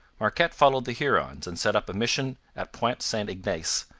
marquette followed the hurons, and set up a mission at point st ignace,